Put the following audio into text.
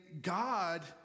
God